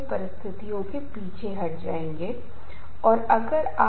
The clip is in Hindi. और प्रश्न आने के बाद कहा जाता है कि अगला प्रश्न आता है